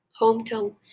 hometown